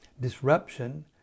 Disruption